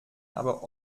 aber